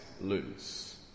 lose